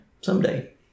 someday